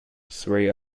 three